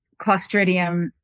Clostridium